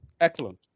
excellent